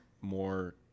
more